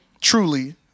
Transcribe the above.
truly